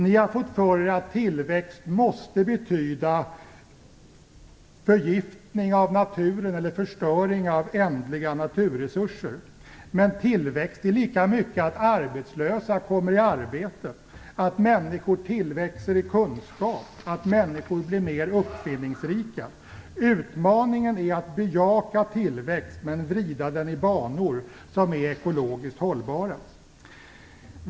Ni har fått för er att tillväxt måste betyda förgiftning av naturen eller förstöring av ändliga naturresurser. Men tillväxt är lika mycket att arbetslösa kommer i arbete, att människor tillväxer i kunskap och att människor blir mer uppfinningsrika. Utmaningen är att bejaka tillväxt men vrida den i banor som är ekologiskt hållbara.